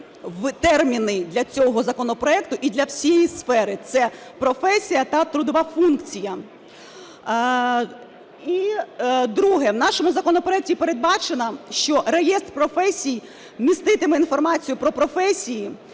терміни для цього законопроекту і для всієї сфери – це професія та трудова функція. І друге. В нашому законопроекті передбачено, що реєстр професій міститиме інформацію про професії,